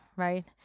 Right